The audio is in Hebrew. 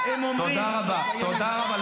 די, תרד כבר, רד,